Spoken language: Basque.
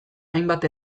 hainbat